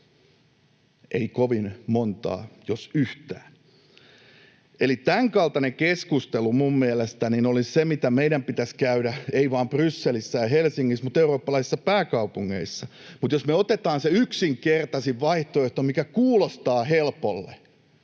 Ei kovin montaa, jos yhtään. Eli tämänkaltainen keskustelu minun mielestäni olisi se, mitä meidän pitäisi käydä — ei vain Brysselissä ja Helsingissä vaan eurooppalaisissa pääkaupungeissa. Mutta jos me otetaan se yksinkertaisin vaihtoehto, mikä kuulostaa helpolle,